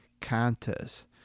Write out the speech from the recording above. contest